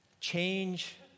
Change